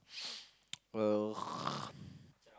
ugh